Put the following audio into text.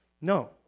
No